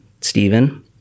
Stephen